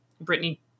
Brittany